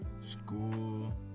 school